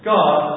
God